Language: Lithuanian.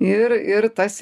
ir ir tas